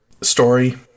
story